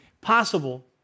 possible